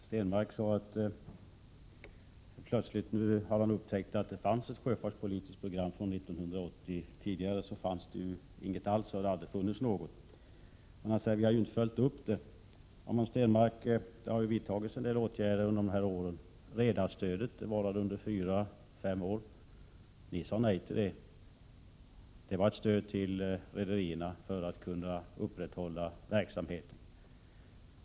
Herr talman! Plötsligt har Per Stenmarck upptäckt att det finns ett sjöfartspolitiskt program från 1980. För en stund sedan sade Per Stenmarck att det aldrig har funnits något. Han säger nu att vi inte har följt upp programmet. Men det har ju, Per Stenmarck, vidtagits en del åtgärder under de här åren. Redarstödet varade under 4-5 år. Ni sade nej till detta. Det var ett stöd till rederierna för att de skulle kunna upprätthålla verksamheten.